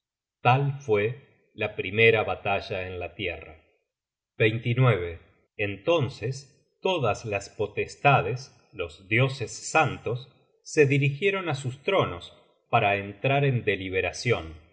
tal fue la primera batalla en la tierra entonces todas las potestades los dioses santos se dirigieron á sus tronos para entrar en deliberacion